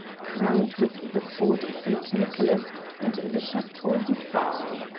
crowned with the fort st. nicholas and the chateau du phare.